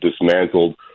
dismantled